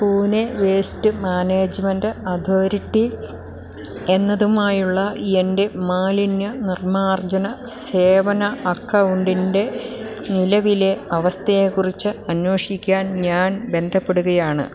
Pune waste management authority എന്നതുമായുള്ള എൻ്റെ മാലിന്യനിർമാർജന സേവന അക്കൗണ്ടിൻ്റെ നിലവിലെ അവസ്ഥയെക്കുറിച്ച് അന്വേഷിക്കാൻ ഞാൻ ബന്ധപ്പെടുകയാണ്